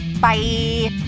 Bye